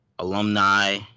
Alumni